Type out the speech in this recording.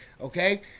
okay